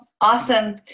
Awesome